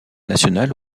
nationale